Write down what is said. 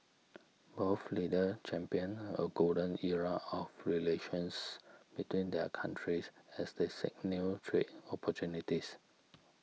both leaders championed a golden era of relations between their countries as they seek new trade opportunities